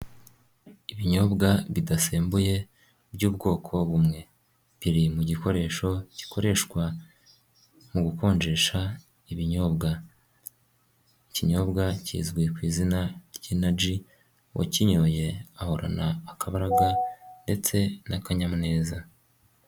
Ibinyobwa bidasembuye by'ubwoko bumwe, biri mu gikoresho gikoreshwa mu gukonjesha ibinyobwa. Ikinyobwa kizwi ku izina ry'inaji, uwakinyoye ahorana akabaraga ndetse n'akanyamuneza.